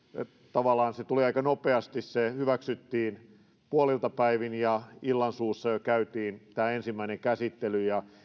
tavallaan tämä mietintö tuli aika nopeasti se hyväksyttiin puolilta päivin ja illansuussa jo käytiin tämä ensimmäinen käsittely ja